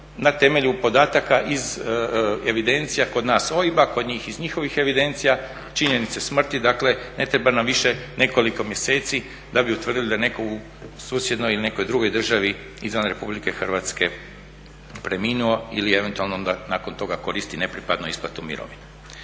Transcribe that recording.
na temelju podataka iz evidencija kod nas OIB-a, kod njih ih njihovih evidencija. Činjenice smrti dakle ne treba nam više nekoliko mjeseci da bi utvrdili da neko u susjednoj ili nekoj drugoj državi izvan RH preminuo ili eventualno onda nakon toga koristi nepripadno isplatnu mirovina.